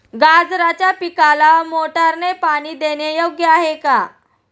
गाजराच्या पिकाला मोटारने पाणी देणे योग्य आहे का?